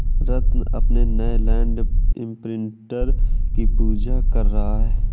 रत्न अपने नए लैंड इंप्रिंटर की पूजा कर रहा है